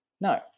No